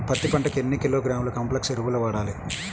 పత్తి పంటకు ఎన్ని కిలోగ్రాముల కాంప్లెక్స్ ఎరువులు వాడాలి?